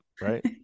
right